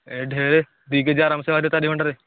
ଏ ଢେରେ ଦୁଇ K G ଆରାମସେ ବାହାରିବ ଚାରି ଘଣ୍ଟାରେ